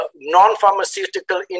non-pharmaceutical